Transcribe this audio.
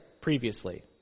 previously